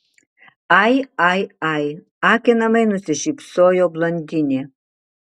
ai ai ai akinamai nusišypsojo blondinė